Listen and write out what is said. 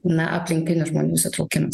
na aplinkinių žmonių įsitraukimas